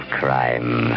crime